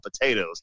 potatoes